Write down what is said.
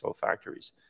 factories